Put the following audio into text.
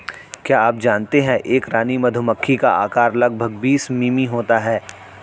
क्या आप जानते है एक रानी मधुमक्खी का आकार लगभग बीस मिमी होता है?